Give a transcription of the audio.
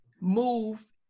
move